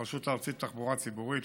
הרשות הארצית לתחבורה ציבורית.